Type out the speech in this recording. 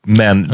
men